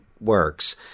works